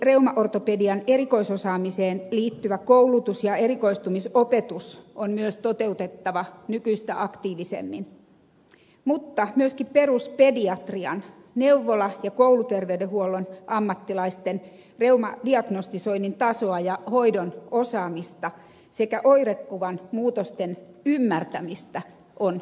lapsireumaortopedian erikoisosaamiseen liittyvä koulutus ja erikoistumisopetus on myös toteutettava nykyistä aktiivisemmin mutta myöskin peruspediatrian neuvola ja kouluterveydenhuollon ammattilaisten reumadiagnostisoinnin tasoa ja hoidon osaamista sekä oirekuvan muutosten ymmärtämistä on lisättävä